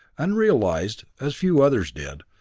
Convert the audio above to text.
and realized, as few others did,